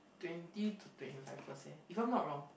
twenty to twenty five percent if I'm not wrong